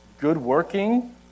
good-working